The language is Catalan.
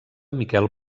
miquel